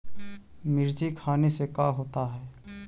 मिर्ची खाने से का होता है?